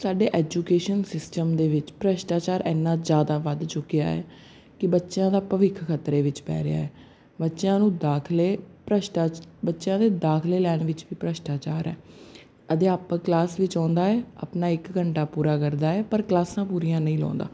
ਸਾਡੇ education system ਦੇ ਵਿੱਚ ਭ੍ਰਿਸ਼ਟਾਚਾਰ ਇੰਨਾਂ ਜ਼ਿਆਦਾ ਵੱਧ ਚੁੱਕਿਆ ਹੈ ਕਿ ਬੱਚਿਆਂ ਦਾ ਭਵਿੱਖ ਖਤਰੇ ਵਿੱਚ ਪੈ ਰਿਹਾ ਬੱਚਿਆਂ ਨੂੰ ਦਾਖਲੇ ਭਰਿਸ਼ਟਾ ਬੱਚਿਆਂ ਦੇ ਦਾਖਲੇ ਲੈਣ ਵਿੱਚ ਵੀ ਭ੍ਰਿਸ਼ਟਾਚਾਰ ਹੈ ਅਧਿਆਪਕ ਕਲਾਸ ਵਿੱਚ ਆਉਂਦਾ ਹੈ ਆਪਣਾ ਇੱਕ ਘੰਟਾ ਪੂਰਾ ਕਰਦਾ ਹੈ ਪਰ ਕਲਾਸਾਂ ਪੂਰੀਆਂ ਨਹੀਂ ਲਾਉਂਦਾ